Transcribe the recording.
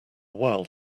while